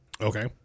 Okay